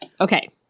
okay